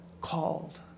called